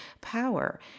power